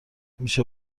میشه